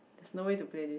there's no way to play this